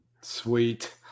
Sweet